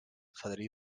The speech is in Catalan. fadrí